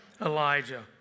Elijah